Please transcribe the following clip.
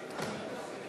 נמל חדרה,